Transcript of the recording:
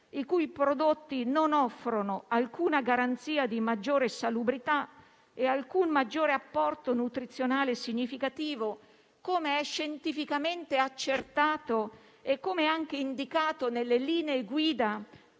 i cui prodotti non offrono alcuna garanzia di maggiore salubrità e alcun maggiore apporto nutrizionale significativo, come è scientificamente accertato e come è anche indicato nelle linee guida